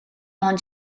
ond